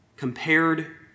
compared